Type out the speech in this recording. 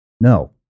no